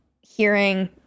hearing